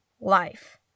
life